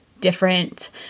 different